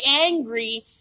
angry